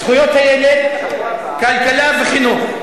זכויות הילד, כלכלה וחינוך.